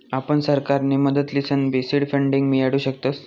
आपण सरकारनी मदत लिसनबी सीड फंडींग मियाडू शकतस